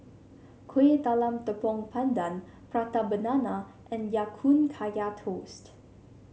Kuih Talam Tepong Pandan Prata Banana and Ya Kun Kaya Toast